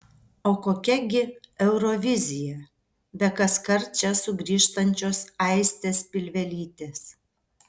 o kokia gi eurovizija be kaskart čia sugrįžtančios aistės pilvelytės